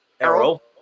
Errol